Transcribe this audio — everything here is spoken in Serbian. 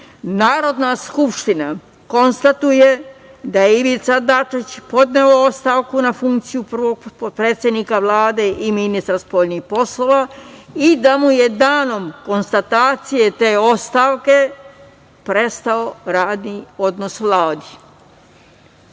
Narodna skupština konstatuje da je Ivica Dačić podneo ostavku na funkciju prvog potpredsednika Vlade i ministra spoljnih poslova i da mu je danom konstatacije te ostavke prestao radni odnos u